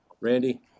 Randy